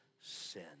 sin